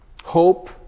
hope